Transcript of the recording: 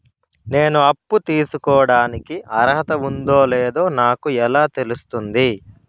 నేను అప్పు తీసుకోడానికి అర్హత ఉందో లేదో నాకు ఎలా తెలుస్తుంది?